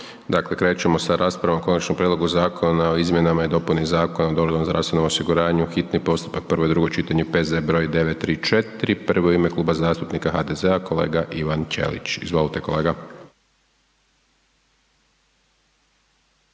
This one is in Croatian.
Dakle, krećemo sa raspravom o Konačnom prijedlogu Zakona o izmjenama i dopunama Zakona o dobrovoljnom zdravstvenom osiguranju, hitni postupak, prvo i drugo čitanje, P.Z. br. 934. Prvo u ime Kluba zastupnika HDZ-a kolega Ivan Ćelić. Izvolite kolega.